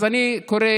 אז אני קורא